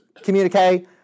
communique